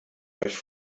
euch